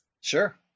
Sure